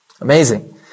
Amazing